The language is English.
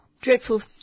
Dreadful